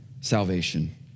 salvation